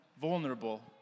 vulnerable